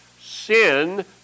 sin